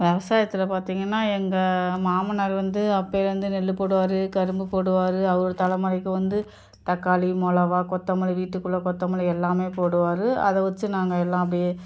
விவசாயத்துல பார்த்திங்கன்னா எங்கள் மாமனார் வந்து அப்போலேருந்து நெல் போடுவார் கரும்பு போடுவார் அவரு தலைமுறைக்கு வந்து தக்காளி மொளகா கொத்தமல்லி வீட்டுக்குள்ளே கொத்தமல்லி எல்லாமே போடுவார் அதை வச்சு நாங்கள் எல்லாம் அப்படியே